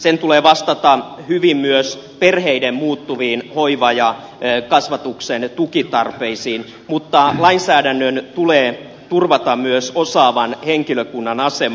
sen tulee vastata hyvin myös perheiden muuttuviin hoivan ja kasvatuksen tukitarpeisiin mutta lainsäädännön tulee turvata myös osaavan henkilökunnan asema